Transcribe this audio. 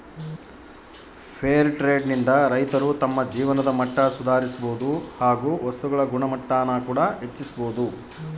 fair trade ನಿಂದ ರೈತರು ತಮ್ಮ ಜೀವನದ ಮಟ್ಟ ಸುಧಾರಿಸಬೋದು ಹಾಗು ವಸ್ತುಗಳ ಗುಣಮಟ್ಟಾನ ಕೂಡ ಹೆಚ್ಚಿಸ್ಬೋದು